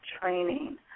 training